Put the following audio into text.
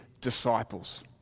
disciples